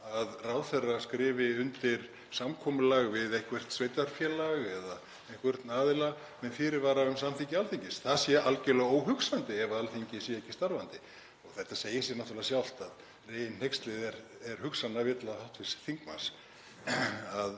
að ráðherrar skrifi undir samkomulag við eitthvert sveitarfélag eða einhvern aðila með fyrirvara um samþykki Alþingis. Það sé algerlega óhugsandi ef Alþingi sé ekki starfandi. Það segir sig náttúrlega sjálft að reginhneykslið er hugsanavilla hv. þingmanns.